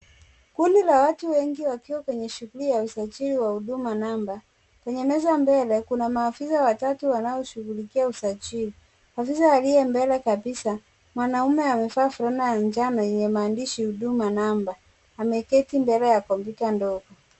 Kundi la watu wengi wakiwa kwenye shughuli ya usajili wa huduma namba. Kwenye meza mbele kuna maafisa watatu wanaoshughulikia usajili. Afisa aliye mbele kabisa mwanaume amevaa fulana ya njano yenye maandishi Huduma Namba. Ameketi mbele ya kompyuta ndogo.